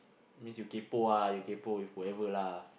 means you kaypoh ah you kaypoh you forever lah